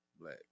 black